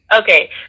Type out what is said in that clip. Okay